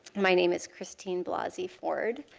my name is christine blasey ford,